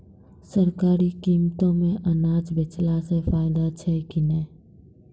सरकारी कीमतों मे अनाज बेचला से फायदा छै कि नैय?